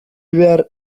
behar